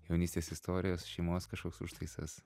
jaunystės istorijos šeimos kažkoks užtaisas